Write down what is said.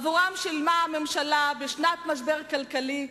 עבורם שילמה הממשלה, בשנת משבר כלכלי,